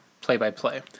play-by-play